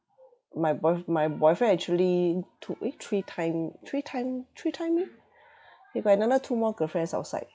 my boyf~ my boyfriend actually two eh three-time three-time three-time me he got another two more girlfriends outside